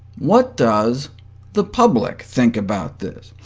what does the public think about this?